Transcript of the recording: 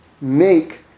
make